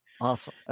awesome